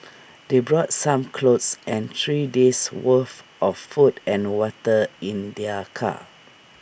they brought some clothes and three days' worth of food and water in their car